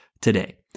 today